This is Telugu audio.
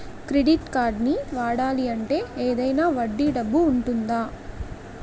క్రెడిట్ కార్డ్ని వాడాలి అంటే ఏదైనా వడ్డీ డబ్బు ఉంటుందా?